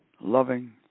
loving